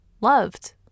loved